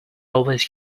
always